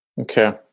Okay